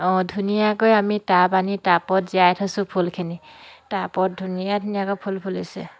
ধুনীয়াকৈ আমি টাব আনি টাবত জীয়াই থৈছোঁ ফুলখিনি টাবত ধুনীয়া ধুনীয়াকৈ ফুল ফুলিছে